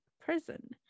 prison